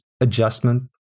adjustment